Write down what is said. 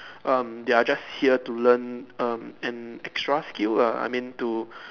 um they are just here to learn um an extra skill lah I mean to